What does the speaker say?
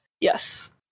Yes